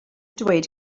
dweud